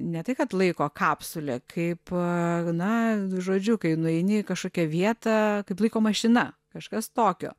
ne tai kad laiko kapsulė kaip na žodžiu kai nueini į kažkokią vietą kaip laiko mašina kažkas tokio